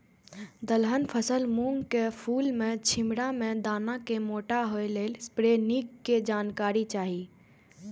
दलहन फसल मूँग के फुल में छिमरा में दाना के मोटा होय लेल स्प्रै निक के जानकारी चाही?